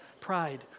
pride